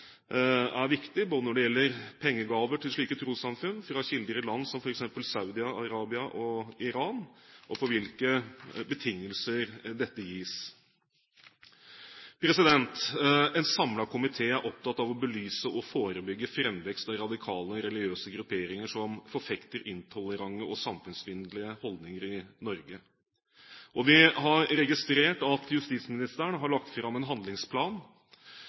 er viktig, både når det gjelder pengegaver til slike trossamfunn, fra kilder i land som f.eks. Saudi-Arabia og Iran, og på hvilke betingelser dette gis. En samlet komité er opptatt av å belyse og forebygge framvekst av radikale religiøse grupperinger som forfekter intolerante og samfunnsfiendelige holdninger i Norge. Vi har registrert at justisministeren har lagt fram en handlingsplan